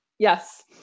Yes